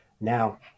now